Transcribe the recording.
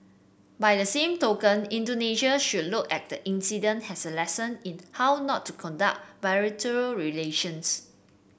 by the same token Indonesian should look at the incident has a lesson in how not to conduct bilateral relations